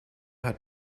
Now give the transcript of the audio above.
hat